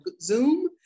Zoom